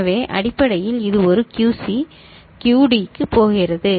எனவே அடிப்படையில் இது ஒரு QC QD க்கு போகிறது